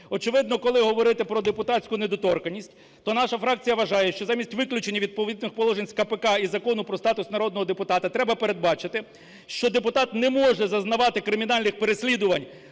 Очевидно, коли говорити про депутатську недоторканність, то наша фракція вважає, що замість виключення відповідних положень з КПК і Закону про статус народного депутата треба передбачити, що депутат не може зазнавати кримінальних переслідувань